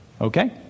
okay